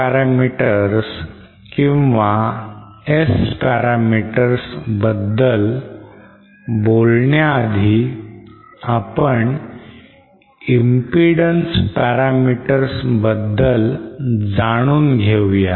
scattering parameters किंवा S parameters बद्दल बोलण्याआधी आपण impedance parameters बद्दल जाणून घेऊया